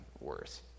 worse